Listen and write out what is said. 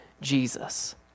Jesus